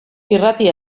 irrati